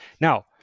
Now